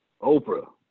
Oprah